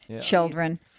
Children